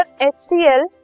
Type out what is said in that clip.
HCl